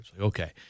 Okay